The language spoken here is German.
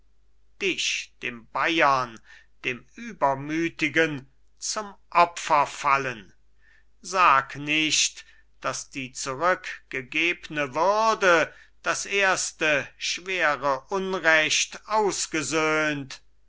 dich dem bayern dem übermütigen zum opfer fallen sag nicht daß die zurückgegebne würde das erste schwere unrecht ausgesöhnt